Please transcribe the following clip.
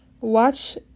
watch